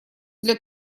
для